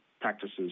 practices